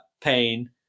pain